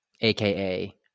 AKA